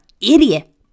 Idiot